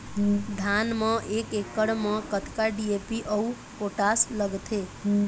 धान म एक एकड़ म कतका डी.ए.पी अऊ पोटास लगथे?